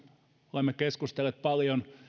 olemme keskustelleet paljon